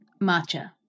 Matcha